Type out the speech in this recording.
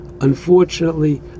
unfortunately